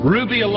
Ruby